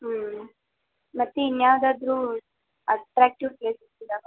ಹ್ಞೂ ಮತ್ತೆ ಇನ್ಯಾವುದಾದ್ರೂ ಅಟ್ರಾಕ್ಟಿವ್ ಪ್ಲೇಸಸ್ ಇದ್ದಾವಾ